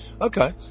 Okay